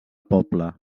poble